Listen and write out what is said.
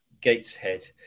Gateshead